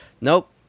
Nope